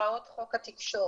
-- -הוראות חוק התקשורת.